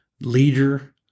leader